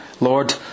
Lord